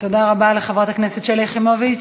תודה רבה לחברת הכנסת שלי יחימוביץ.